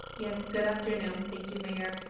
yes. good afternoon. thank you, mayor.